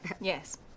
yes